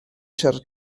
siarad